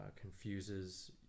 confuses